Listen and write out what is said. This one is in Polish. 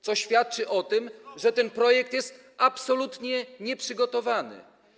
co świadczy o tym, że ten projekt jest absolutnie nieprzygotowany.